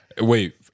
Wait